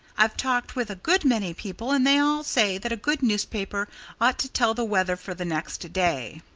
i've talked with a good many people and they all say that a good newspaper ought to tell the weather for the next day.